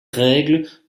règles